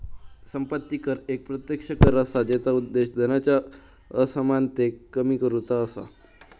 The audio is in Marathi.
संपत्ती कर एक प्रत्यक्ष कर असा जेचा उद्देश धनाच्या असमानतेक कमी करुचा असा